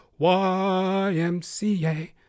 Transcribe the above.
YMCA